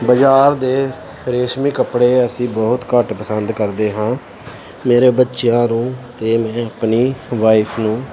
ਬਜ਼ਾਰ ਦੇ ਰੇਸ਼ਮੀ ਕੱਪੜੇ ਅਸੀਂ ਬਹੁਤ ਘੱਟ ਪਸੰਦ ਕਰਦੇ ਹਾਂ ਮੇਰੇ ਬੱਚਿਆਂ ਨੂੰ ਅਤੇ ਮੈਂ ਆਪਣੀ ਵਾਈਫ ਨੂੰ